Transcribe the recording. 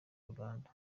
uganda